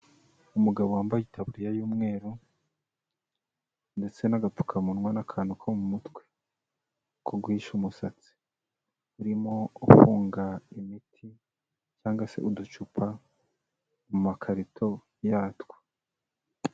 Umugabo wambaye itaburiya y'umweru ndetse n'agapfukamunwa n'akantu ko mu mutwe, ko guhisha umusatsi, urimo ufunga imiti cyangwa se uducupa mu makarito yatwo.